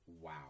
wow